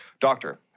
Doctor